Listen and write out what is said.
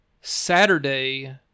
Saturday